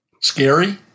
Scary